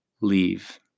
leave